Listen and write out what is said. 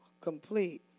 complete